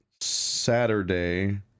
Saturday